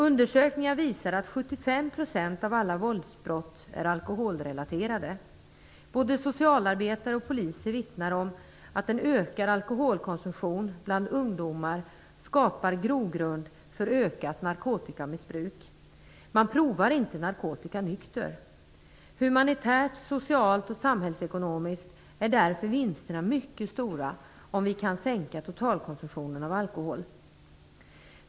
Undersökningar visar att 75 % av alla våldsbrott är alkoholrelaterade. Både socialarbetare och poliser vittnar om att en ökad alkoholkonsumtion bland ungdomar skapar grogrund för ökat narkotikamissbruk. Man provar inte narkotika nykter. Humanitärt, socialt och samhällsekonomiskt är därför vinsterna mycket stora om vi kan sänka totalkonsumtionen av alkohol.